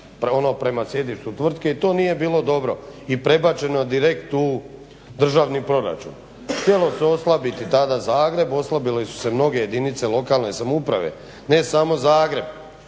prema sjedištu tvrtke. To nije bilo dobro i prebačeno je direkt u državni proračun. Htjelo se oslabiti tada Zagreb, oslabile su se mnoge jedinice lokalne samouprave, ne samo Zagreb.